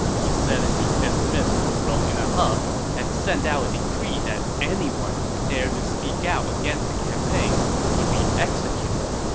he said as he dismissed kong rong in a huff and sent out a decree that anyone who dared to speak out against the campaign would be executed